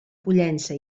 pollença